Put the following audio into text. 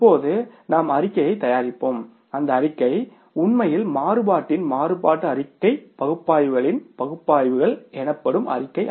இப்போது நாம் அறிக்கையைத் தயாரிப்போம் அந்த அறிக்கை உண்மையில் மாறுபாட்டின் மாறுபாடு அறிக்கை பகுப்பாய்வுகளின் பகுப்பாய்வுகள் எனப்படும் அறிக்கை